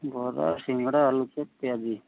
ବରା ସିଙ୍ଗଡ଼ା ଆଳୁଚପ ପିଆଜି